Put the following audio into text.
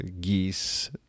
geese